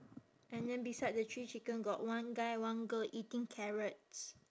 and then beside the three chicken got one guy one girl eating carrots